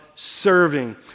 Serving